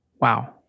Wow